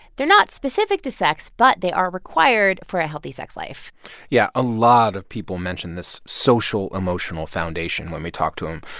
they're not specific to sex, but they are required for a healthy sex life yeah, a lot of people mentioned this social-emotional foundation when we talked to them,